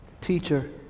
teacher